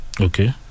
Okay